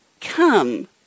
Come